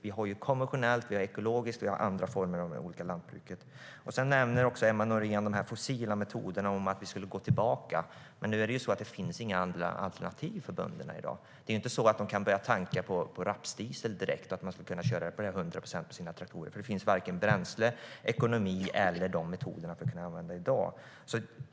Vi har konventionellt, ekologiskt och andra former av lantbruk. Emma Nohrén nämner också de fossila metoderna och att gå tillbaka till dem. Men det finns inga andra alternativ för bönderna i dag. De kan inte börja tanka rapsdiesel direkt och köra sina traktorer på sådant till hundra procent. Det finns varken bränsle, ekonomi eller metoder för att kunna använda det i dag.